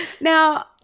Now